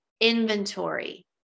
inventory